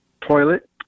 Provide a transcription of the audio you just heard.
toilet